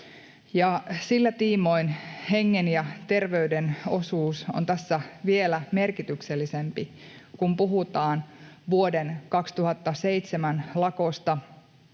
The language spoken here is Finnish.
Sillä tiimoin hengen ja terveyden osuus on tässä vielä merkityksellisempi kuin silloin, kun puhutaan vuoden 2007 lakosta tai